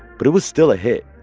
but it was still a hit.